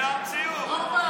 זו המציאות.